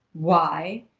why?